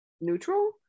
neutral